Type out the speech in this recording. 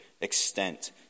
extent